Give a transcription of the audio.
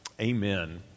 Amen